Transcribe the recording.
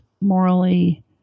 morally